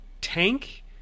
tank